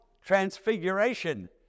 Transfiguration